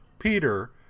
Peter